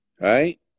Right